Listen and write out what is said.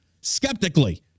skeptically